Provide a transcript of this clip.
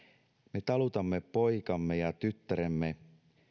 me talutamme poikamme ja tyttäremme